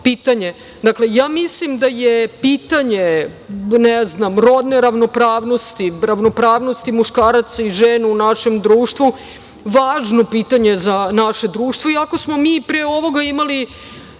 pitanje. Dakle, ja mislim da je pitanje rodne ravnopravnosti, ravnopravnosti muškaraca i žena u našem društvu važno pitanje za naše društvo. Iako smo mi pre ovoga imali